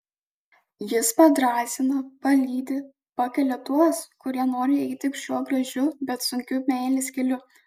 jis padrąsina palydi pakelia tuos kurie nori eiti šiuo gražiu bet sunkiu meilės keliu